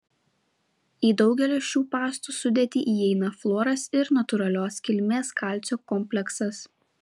į daugelio šių pastų sudėtį įeina fluoras ir natūralios kilmės kalcio kompleksas